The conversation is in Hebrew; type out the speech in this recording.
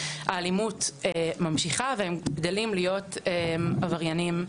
האלימות ממשיכה והם גדלים להיות עבריינים.